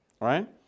right